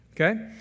Okay